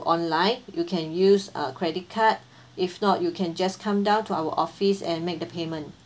online you can use a credit card if not you can just come down to our office and make the payment